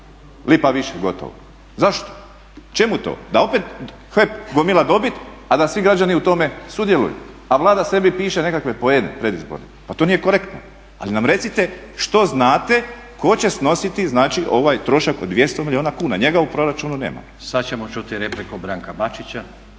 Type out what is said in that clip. lipa više gotovo, zašto, čemu to? Da opet HEP gomila dobit, a da svi građani u tome sudjeluju, a Vlada sebi piše nekakve poene predizborne, pa to nije korektno. Ali nam recite što znate tko će snositi ovaj trošak od 200 milijuna kuna, njega u proračunu nema. **Stazić, Nenad (SDP)** Sada ćemo čuti repliku Branka Bačića.